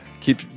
Keep